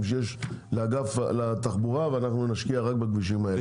שיש לתחבורה ונשקיע רק בכבישים האלה.